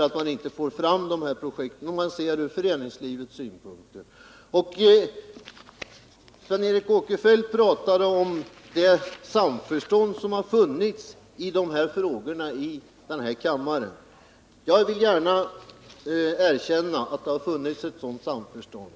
Att man inte får fram projekten leder till att situationen stadigt försämras. Sven Eric Åkerfeldt talade om det samförstånd som tidigare har funnits i denna kammare i dessa frågor. Jag vill gärna erkänna att det har funnits ett sådant samförstånd.